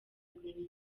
green